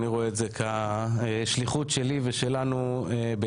אני רואה את זה כשליחות שלי ושלנו ביחד.